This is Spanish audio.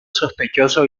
sospechoso